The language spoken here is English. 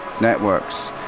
networks